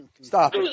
Stop